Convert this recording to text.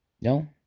No